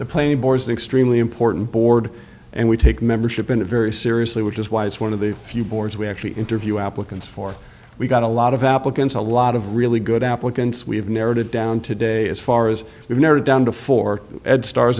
board extremely important board and we take membership in it very seriously which is why it's one of the few boards we actually interview applicants for we got a lot of applicants a lot of really good applicants we've narrowed it down today as far as we've narrowed down to four stars